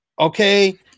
Okay